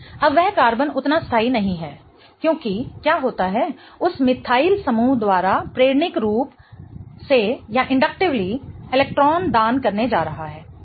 अब वह कार्बन उतना स्थाई नहीं है क्योंकि क्या होता है उस मिथाइल समूह द्वारा प्रेरणिक रूप से इलेक्ट्रॉन दान करने जा रहा है हैना